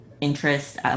interest